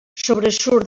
sobresurt